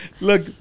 Look